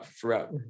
throughout